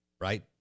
right